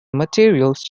materials